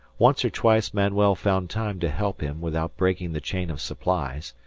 once or twice manuel found time to help him without breaking the chain of supplies,